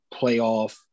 playoff